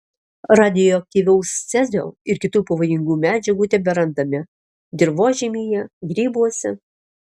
radioaktyvaus cezio ir kitų pavojingų medžiagų teberandame dirvožemyje grybuose